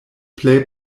plej